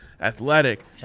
athletic